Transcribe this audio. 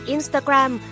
Instagram